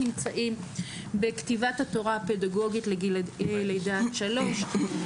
נמצאים בכתיבת התורה הפדגוגית לגיל לידה עד שלוש,